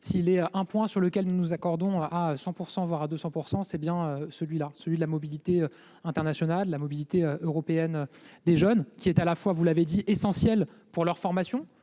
s'il est un point sur lequel nous nous accordons à 100 %, voire à 200 %, c'est bien celui de la mobilité européenne et internationale des jeunes, qui est à la fois, vous l'avez dit, essentielle pour leur formation,